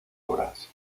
obras